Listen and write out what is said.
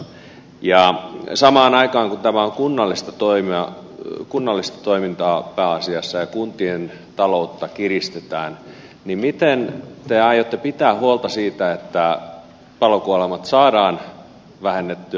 kun tämä samaan aikaan on kunnallista toimintaa pääasiassa ja kuntien taloutta kiristetään niin miten te aiotte pitää huolta siitä että palokuolemia saadaan vähennettyä